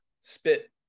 spit